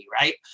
right